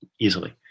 easily